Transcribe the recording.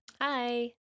Hi